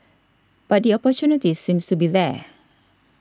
but the opportunity seems to be there